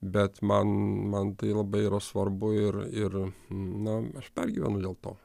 bet man man tai labai yra svarbu ir ir na aš pergyvenu dėl to